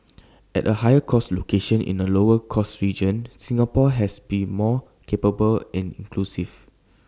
as A higher cost location in A lower cost region Singapore has be more capable and inclusive